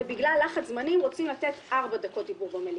ובגלל לחץ זמנים רוצים לתת 4 דקות דיבור במליאה.